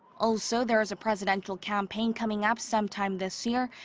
also, there's a presidential campaign coming up some time this year,